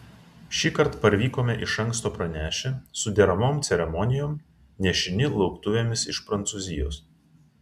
šįkart parvykome iš anksto pranešę su deramom ceremonijom nešini lauktuvėmis iš prancūzijos